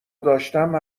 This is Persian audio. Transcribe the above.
داشتم